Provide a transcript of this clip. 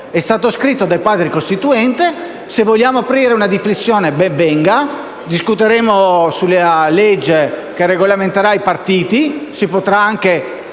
è stato scritto dai Padri costituenti; se vogliamo aprire una riflessione, ben venga: discuteremo sulla legge che regolamenterà i partiti; si potrà anche